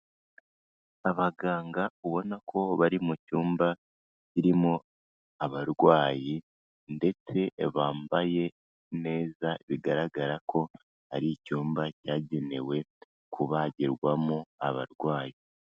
Abaganga ubona ko bari mu cyumba kirimo abarwayi, ndetse bambaye neza, bigaragara ko, ari icyumba cyagenewe kubagirwamo, abarwayi.